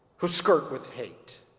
who skirt with hate.